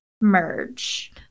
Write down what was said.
merge